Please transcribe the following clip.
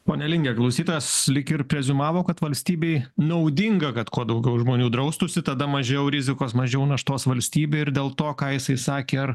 pone linge klausytojas lyg ir preziumavo kad valstybei naudinga kad kuo daugiau žmonių draustųsi tada mažiau rizikos mažiau naštos valstybei ir dėl to ką jisai sakė ar